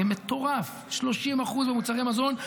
זה מטורף, 30% במוצרי מזון.